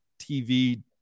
TV